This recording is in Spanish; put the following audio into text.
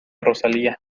rosalía